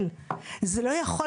למרות